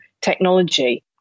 technology